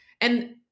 And-